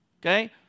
okay